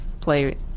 play